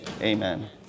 amen